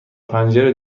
پنجره